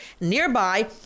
nearby